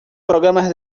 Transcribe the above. programas